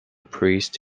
priest